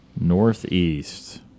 Northeast